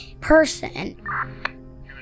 person